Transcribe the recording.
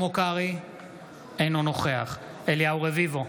אינו נוכח אליהו רביבו,